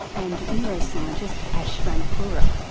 and neuroscientist ash ranpura,